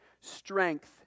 strength